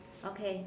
okay